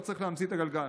לא צריך להמציא את הגלגל.